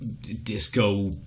disco